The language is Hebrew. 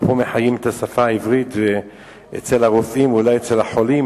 מחיים את השפה העברית אצל הרופאים ואולי אצל החולים,